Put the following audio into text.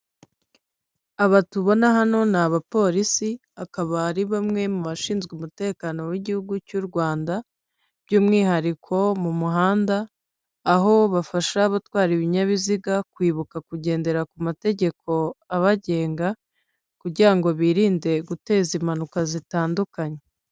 Aba tubona hano ni abapolisi akaba ari bamwe mu bashinzwe umutekano w'igihugu cy'u Rwanda by'umwihariko mu muhanda aho bafasha abatwara ibinyabiziga kwibuka kugendera ku mategeko abagenga, kugirango birinde guteza impanuka zitandukanye.